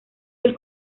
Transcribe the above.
del